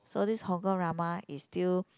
so this Hong_Kong drama is still